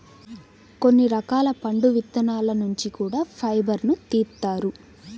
కొన్ని రకాల పండు విత్తనాల నుంచి కూడా ఫైబర్ను తీత్తారు